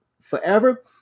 forever